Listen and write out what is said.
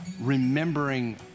remembering